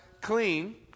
clean